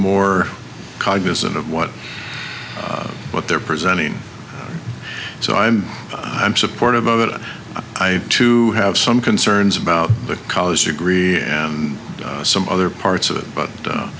more cognizant of what what they're presenting so i'm i'm supportive of it i too have some concerns about the college degree and some other parts of it but